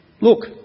look